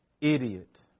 idiot